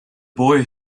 boy